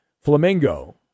flamingo